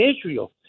Israel